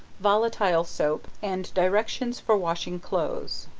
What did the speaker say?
volatile soap, and directions for washing clothes.